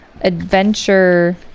adventure